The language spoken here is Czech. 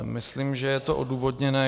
Myslím, že je to odůvodněné.